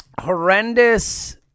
horrendous